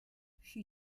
she